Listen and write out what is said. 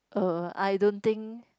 uh I don't think